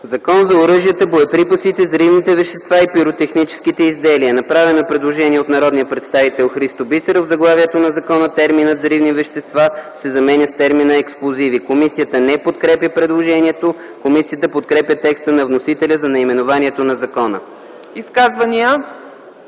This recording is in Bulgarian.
„Закон за оръжията, боеприпасите, взривните вещества и пиротехническите изделия”. Направено е предложение от народния представител Христо Бисеров – в заглавието на закона терминът „взривни вещества” да се замени с термина „експлозиви”. Комисията не подкрепя предложението. Комисията подкрепя текста на вносителя за наименованието на закона. ПРЕДСЕДАТЕЛ